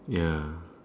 ya